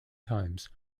times